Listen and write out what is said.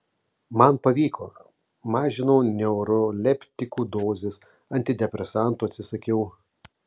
man pavyko mažinau neuroleptikų dozes antidepresantų atsisakiau